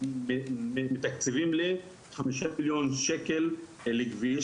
אם מתקצבים לי 5 מיליון שקל לכביש,